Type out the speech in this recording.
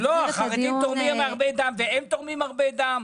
החרדים תורמים הרבה דם, והם תורמים הרבה דם,